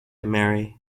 mary